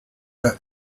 that